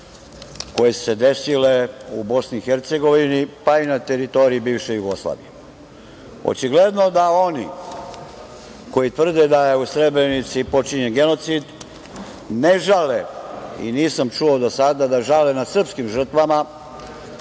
koje su se desile u Bosni i Hercegovini, pa i na teritoriji bivše Jugoslavije. Očigledno da oni koji tvrde da je u Srebrenici počinjen genocid ne žale i nisam čuo do sada da žale nad srpskim žrtvama,